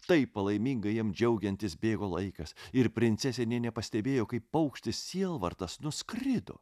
taip palaimingai jam džiaugiantis bėgo laikas ir princesė nė nepastebėjo kaip paukštis sielvartas nuskrido